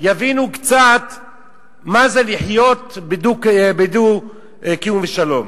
יבינו קצת מה זה לחיות בדו-קיום ושלום.